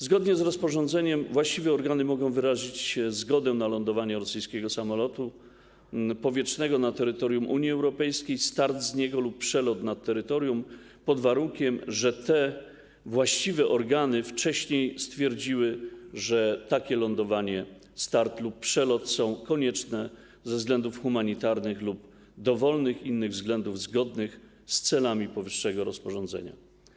Zgodnie z rozporządzeniem właściwe organy mogą wyrazić zgodę na lądowanie rosyjskiego samolotu powietrznego na terytorium Unii Europejskiej, start z niego lub przelot nad terytorium, pod warunkiem że te właściwe organy wcześniej stwierdziły, że takie lądowanie, start lub przelot są konieczne ze względów humanitarnych lub dowolnych innych względów zgodnych z celami powyższego rozporządzenia.